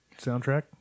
soundtrack